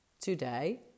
today